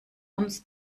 uns